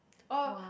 oh